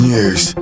News